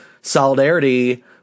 solidarity